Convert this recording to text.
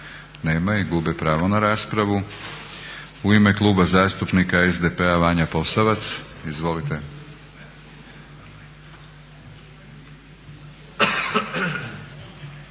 Nema ih, gube pravo na raspravu. I ime Kluba zastupnika SDP-a Vanja Posavac. Izvolite.